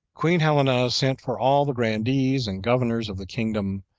queen helena sent for all the grandees, and governors of the kingdom,